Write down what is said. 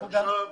בסדר.